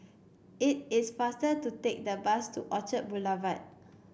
it is faster to take the bus to Orchard Boulevard